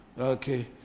Okay